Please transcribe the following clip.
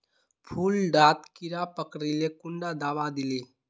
फुल डात कीड़ा पकरिले कुंडा दाबा दीले?